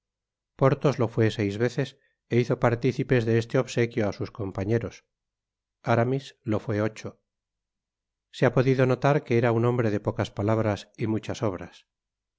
porthos lo fué seis veces é hizo participes de este obsequio á sus compañeros aramis lo fué ocho se ha podido notar que era un hombre de pocas palabras y muchas obras